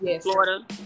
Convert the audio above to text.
Florida